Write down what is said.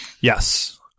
Yes